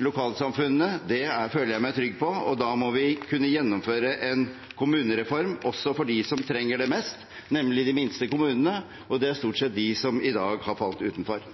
lokalsamfunnene. Det føler jeg meg trygg på, og da må vi kunne gjennomføre en kommunereform også for dem som trenger det mest, nemlig de minste kommunene, og det er stort sett de som i dag har falt utenfor.